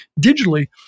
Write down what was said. digitally